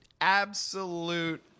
absolute